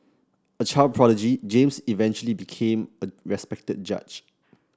a child prodigy James eventually became a respected judge